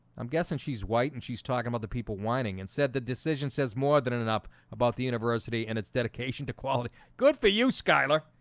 i'm guessing she's white and she's talking about the people whining and said the decision says more than and and enough about the university and its dedication to quality good for you skylar.